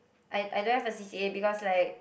I I don't have a C_C_A because like